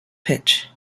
pitch